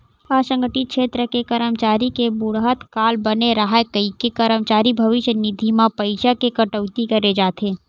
असंगठित छेत्र के करमचारी के बुड़हत काल बने राहय कहिके करमचारी भविस्य निधि म पइसा के कटउती करे जाथे